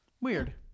weird